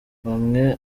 bamwe